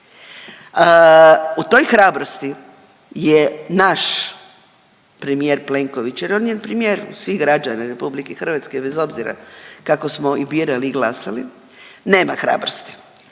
U toj hrabrosti je naš premijer Plenković, jer on je premijer svih građana Republike Hrvatske bez obzira kako smo i birali i glasali nema hrabrosti.